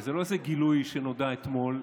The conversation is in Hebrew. וזה לא איזה גילוי שנודע אתמול.